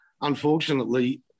unfortunately